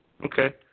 Okay